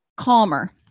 Calmer